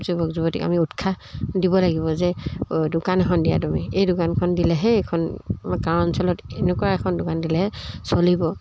যুৱক যুৱতীক আমি উৎসাহ দিব লাগিব যে দোকান এখন দিয়া তুমি এই দোকানখন দিলেহে এইখনম গাঁও অঞ্চলত এনেকুৱা এখন দোকান দিলেহে চলিব